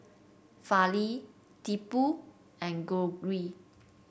Fali Tipu and Gauri